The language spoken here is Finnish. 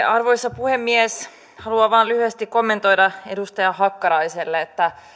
arvoisa puhemies haluan vain lyhyesti kommentoida edustaja hakkaraiselle että